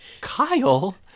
Kyle